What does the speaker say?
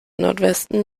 nordwesten